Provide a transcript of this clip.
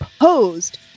posed